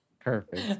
perfect